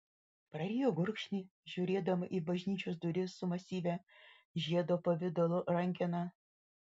prarijo gurkšnį žiūrėdama į bažnyčios duris su masyvia žiedo pavidalo rankena